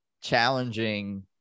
challenging